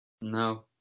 No